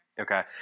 Okay